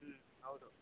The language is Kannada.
ಹ್ಞೂ ಹೌದು